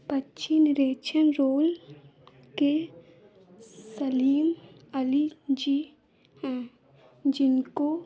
पक्षी निरीक्षण रोल के सलीम अली जी हैं जिनको